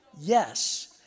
Yes